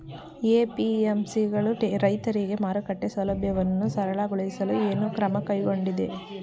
APMC ಗಳು ರೈತರಿಗೆ ಮಾರುಕಟ್ಟೆ ಸೌಲಭ್ಯವನ್ನು ಸರಳಗೊಳಿಸಲು ಏನು ಕ್ರಮ ಕೈಗೊಂಡಿವೆ?